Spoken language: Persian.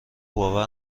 باور